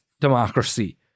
democracy